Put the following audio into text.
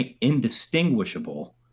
indistinguishable